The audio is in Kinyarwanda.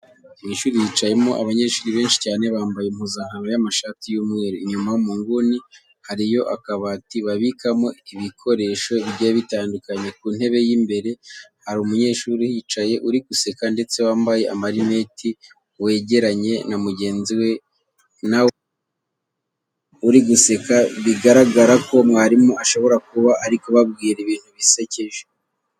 Mu ishuri hicayemo abanyeshuri benshi cyane bambaye impuzankano y'amashati y'umweru. Inyuma mu nguni hariyo akabati babikamo ibikoresho bigiye bitandukanye. Ku ntebe y'imbere hari umunyeshuri uhicaye uri guseka ndetse wambaye amarinete wegeranye na mugenzi we na we uri guseka, bigaragara ko mwarimu ashobora kuba ari kubabwira ibintu bisekeje.